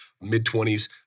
mid-20s